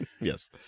Yes